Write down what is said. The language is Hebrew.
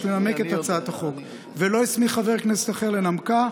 לנמק את הצעת החוק ולא הסמיך חבר כנסת אחר לנמקה,